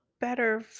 better